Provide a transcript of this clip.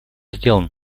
сделан